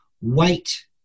wait